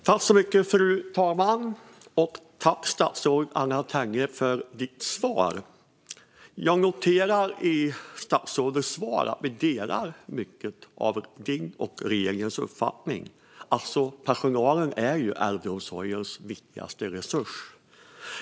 Fru talman! Tack, statsrådet Anna Tenje, för svaret! Jag noterar i statsrådets svar att jag delar mycket av statsrådets och regeringens uppfattning: Personalen är äldreomsorgens viktigaste resurs.